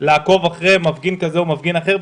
לעקוב אחרי מפגין כזה או אחר.